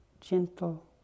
gentle